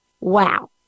Wow